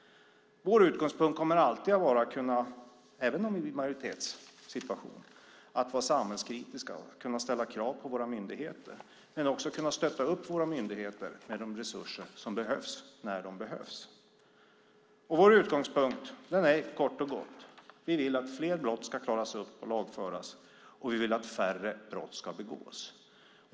Vår utgångspunkt kommer alltid, även i en majoritetssituation, att vara att vi ska vara samhällskritiska och kunna ställa krav på våra myndigheter men också kunna stötta upp våra myndigheter med de resurser som behövs, när de behövs. Vår utgångspunkt är kort och gott att vi vill att fler brott ska klaras upp och lagföras, och vi vill att färre brott ska begås.